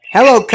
Hello